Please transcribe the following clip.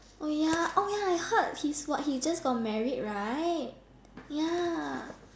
oh ya oh ya I heard he's what he just got married right ya